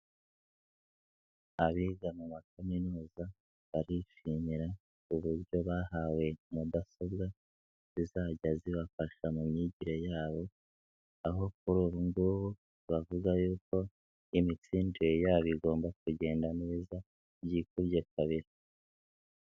Abiga mu ba kaminuza barishimira uburyo bahawe mudasobwa zizajya zibafasha mu myigire yabo aho kuri ubu ngubu bavuga yuko imitsindire yabo igomba kugenda myiza byikubye kabiri.